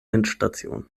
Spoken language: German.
endstation